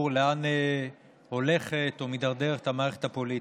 לאן הולכת או מידרדרת המערכת הפוליטית,